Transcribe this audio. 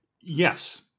Yes